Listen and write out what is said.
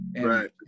Right